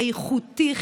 איכותי,